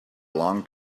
long